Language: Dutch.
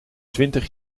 twintig